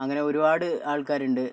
അങ്ങനെ ഒരുപാട് ആൾക്കാരുണ്ട്